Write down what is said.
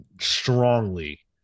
strongly